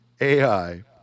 AI